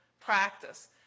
practice